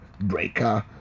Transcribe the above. Breaker